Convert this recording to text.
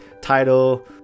title